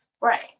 Right